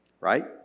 right